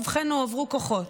ובכן, הועברו כוחות.